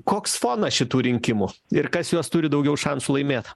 koks fonas šitų rinkimų ir kas juos turi daugiau šansų laimėt